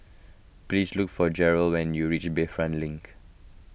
please look for Gerold when you reach Bayfront Link